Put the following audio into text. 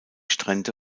strände